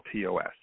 tos